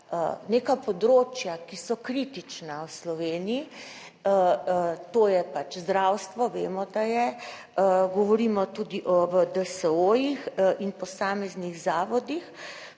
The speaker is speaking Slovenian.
neka področja, ki so kritična v Sloveniji, to je pač zdravstvo, vemo, da je, govorimo tudi o DSO-jih in posameznih zavodih,